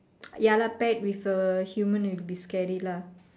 ya lah pet with a human would be scary lah